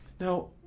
now